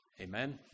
Amen